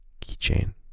Keychain